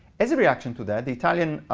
as a reaction to that, the italian